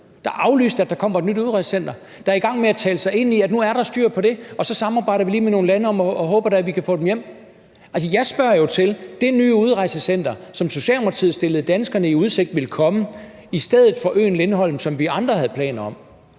aflyste, at der kommer et nyt udrejsecenter, og som er i gang med at tale sig ind i, at nu er der styr på det, og så samarbejder vi lige med nogle lande og håber da, at vi kan få dem hjem? Altså, jeg spørger jo til det nye udrejsecenter, som Socialdemokratiet stillede danskerne i udsigt ville komme i stedet for øen Lindholm, som vi andre havde planer om.